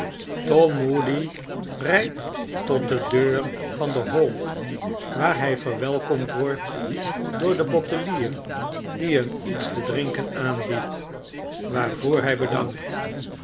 tom moody rijdt tot de deur van de hall waar hij verwelkomd wordt door den bottelier die hem iets te drinken aanbiedt waarvoor hij bedankt